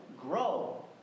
grow